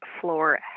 floor